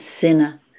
sinner